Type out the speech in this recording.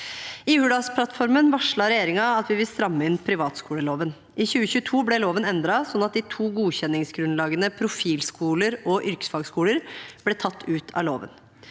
I Hurdalsplattformen varslet regjeringen at vi vil stramme inn privatskoleloven. I 2022 ble loven endret slik at de to godkjenningsgrunnlagene «profilskoler» og «private yrkesfagskoler» ble tatt ut av loven.